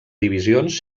divisions